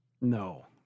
No